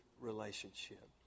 relationship